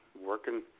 working